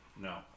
No